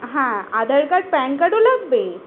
হ্যাঁ Aadhaar card PAN কার্ডও লাগবে